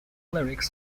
lyrics